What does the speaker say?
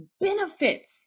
benefits